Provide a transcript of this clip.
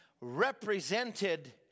represented